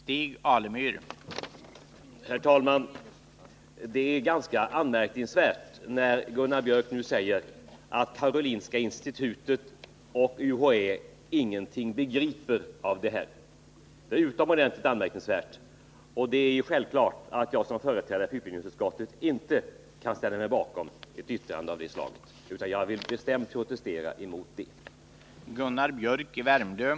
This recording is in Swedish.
Herr talman! Det är utomordentligt anmärkningsvärt att Gunnar Biörck säger att Karolinska institutet och UHÄ ingenting begriper av detta. Det är självklart att jag som företrädare för utbildningsutskottet inte kan ställa mig bakom ett yttrande av detta slag, utan jag vill bestämt protestera mot det.